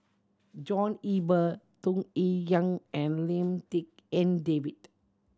John Eber Tung Yue Yang and Lim Tik En David